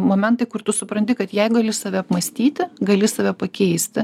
momentai kur tu supranti kad jei gali save apmąstyti gali save pakeisti